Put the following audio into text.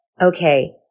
Okay